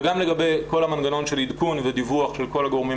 וגם לגבי כל המנגנון של עדכון ודיווח של כל הגורמים